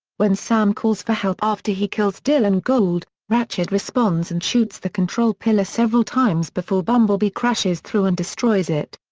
when sam calls for help after he kills dylan gould, ratchet responds and shoots the control pillar several times before bumblebee crashes through and destroys it.